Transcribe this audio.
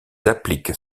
appliquent